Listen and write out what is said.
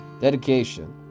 Dedication